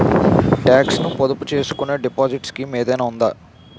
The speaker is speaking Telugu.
టాక్స్ ను పొదుపు చేసుకునే డిపాజిట్ స్కీం ఏదైనా ఉందా?